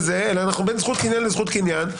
אלא אנחנו בין זכות קניין לזכות קניין,